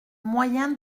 moyen